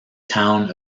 town